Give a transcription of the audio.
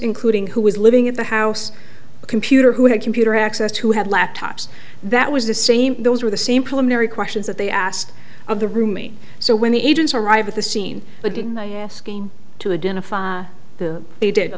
including who was living at the house computer who had computer access who had laptops that was the same those are the same preliminary questions that they asked of the roomie so when the agents arrived at the scene but didn't i asking to identify the they did a